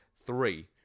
Three